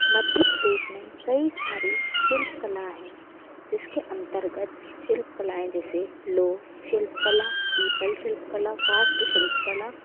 मध्य प्रदेश में कई सारी शिल्पकलाएं हैं जिसके अन्तर्गत शिल्पकलाऍं जैसे लोह शिल्पकला पीतल शिल्पकला काष्ट शिल्पकला